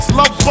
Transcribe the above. love